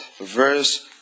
verse